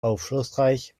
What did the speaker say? aufschlussreich